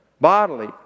bodily